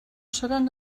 seran